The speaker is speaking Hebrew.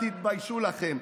תתביישו לכם.